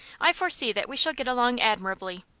i foresee that we shall get along admirably.